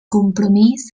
compromís